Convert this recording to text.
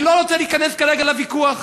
אני לא רוצה להיכנס כרגע לוויכוח,